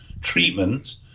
treatment